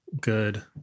good